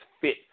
fit